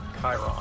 Chiron